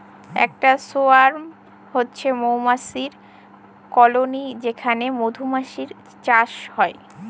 একটা সোয়ার্ম হচ্ছে মৌমাছির কলোনি যেখানে মধুমাছির চাষ হয়